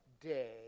day